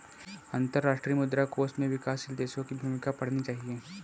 अंतर्राष्ट्रीय मुद्रा कोष में विकासशील देशों की भूमिका पढ़नी चाहिए